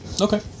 Okay